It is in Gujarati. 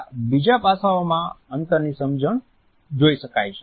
આ બીજા પાસાઓમાં અંતરની સમજણ જોઈ શકાય છે